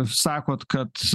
sakot kad